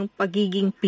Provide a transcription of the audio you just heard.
pagiging